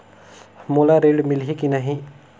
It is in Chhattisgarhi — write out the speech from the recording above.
मोला ऋण मिलही की नहीं?